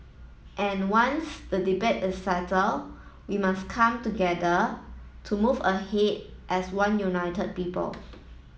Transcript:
and once the debate is settled we must come together to move ahead as one united people